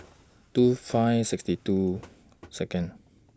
two five sixty two Second